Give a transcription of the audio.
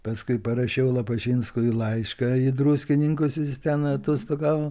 paskui parašiau lapašinskui laišką į druskininkus jis ten atostogavo